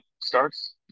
starts